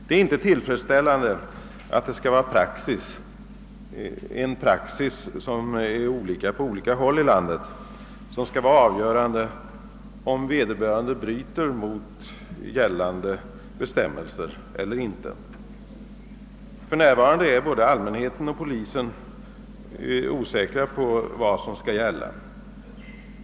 Det är inte tillfredsställande att den praxis, som avgör om vederbörande skall anses ha brutit mot gällande bestämmelser eller inte, är olika på olika håll i landet. För närvarande känner både allmänheten och polisen osäkerhet om vilka regler som gäller.